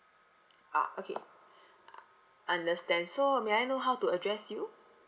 ah okay understand so may I know how to address you